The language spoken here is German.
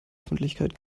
öffentlichkeit